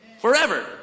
Forever